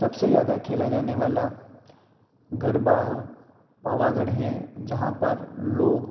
सबसे ज़्यादा खेला जाने वाला गरबा पावागढ़ है जहाँ पर लोग